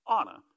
Anna